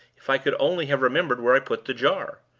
if i could only have remembered where i put the jar.